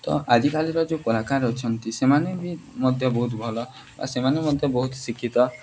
ତ ଆଜିକାଲିର ଯେଉଁ କଳାକାର ଅଛନ୍ତି ସେମାନେ ବି ମଧ୍ୟ ବହୁତ ଭଲ ଆଉ ସେମାନେ ମଧ୍ୟ ବହୁତ ଶିକ୍ଷିତ